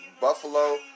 Buffalo